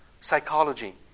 psychology